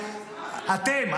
אתם,